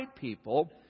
people